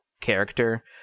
character